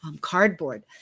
cardboard